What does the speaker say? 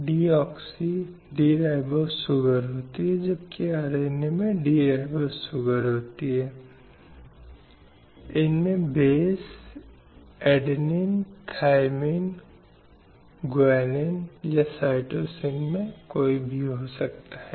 यह शारीरिक हिंसा के रूप में आ सकता है यह यौन हिंसा के रूप में आ सकता है या यह केवल मनोवैज्ञानिक हिंसा के रूप में आ सकता है